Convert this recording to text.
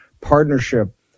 partnership